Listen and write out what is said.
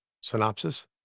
synopsis